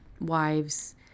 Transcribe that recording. Wives